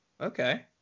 okay